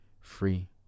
Free